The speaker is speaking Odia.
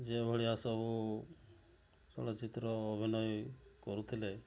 ଯେଉଁଭଳିଆ ସବୁ ଚଳଚ୍ଚିତ୍ର ଅଭିନୟ କରୁଥିଲେ